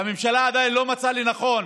שהממשלה עדיין לא מצאה לנכון